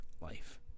life